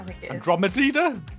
Andromedida